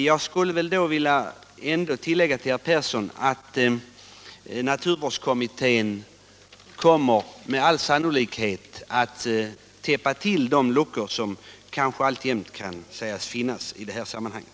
Jag vill tillägga att naturvårdskommittén med all sannolikhet kommer att täppa till de luckor som kanske alltjämt finns i det här sammanhanget.